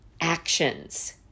actions